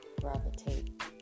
gravitate